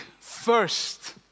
first